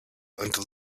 until